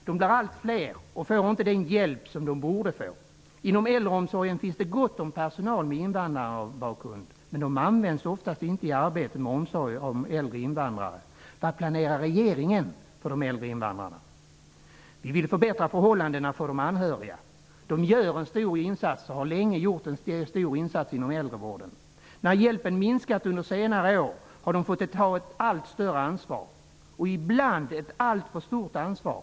De blir allt fler, och de får inte den hjälp som de borde få. Inom äldreomsorgen finns det gott om personal med invandrarbakgrund, men de används oftast inte i arbete med omsorgen av äldre invandrare. Vad planerar regeringen för de äldre invandrarna? Vi vill förbättra förhållandena för de anhöriga. De gör och har länge gjort en stor insats inom äldrevården. När hjälpen minskat under senare år har de fått ta ett allt större, och ibland ett alltför stort, ansvar.